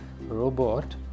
robot